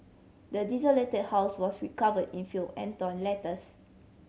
the desolated house was recovered in filth and torn letters